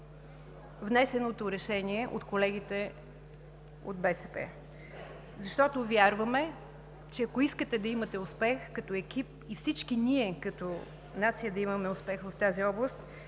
внесеното решение от колегите от БСП, защото вярваме, че ако искате да имате успех като екип и всички ние, като нация, да имаме успех в тази област,